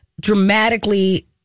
dramatically